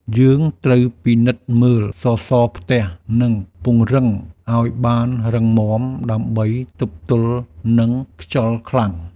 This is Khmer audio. យើងត្រូវពិនិត្យមើលសសរផ្ទះ និងពង្រឹងឱ្យបានរឹងមាំដើម្បីទប់ទល់នឹងខ្យល់ខ្លាំង។